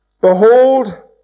Behold